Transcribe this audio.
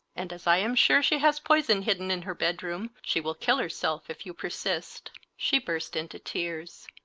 and as i am sure she has poison hidden in her bedroom, she will kill herself if you persist she burst into tears.